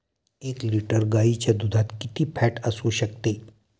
एक लिटर गाईच्या दुधात किती फॅट असू शकते?